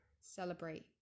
Celebrate